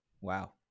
wow